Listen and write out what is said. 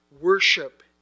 worship